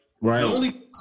right